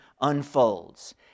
unfolds